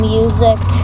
music